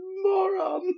moron